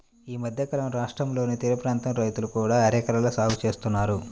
ఈ మధ్యకాలంలో రాష్ట్రంలోని తీరప్రాంత రైతులు కూడా అరెకల సాగు చేస్తున్నారు